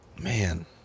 Man